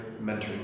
mentoring